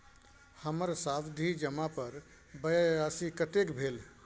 हमर सावधि जमा पर ब्याज राशि कतेक भेल?